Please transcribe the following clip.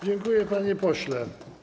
Dziękuję, panie pośle.